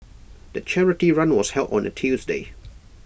the charity run was held on A Tuesday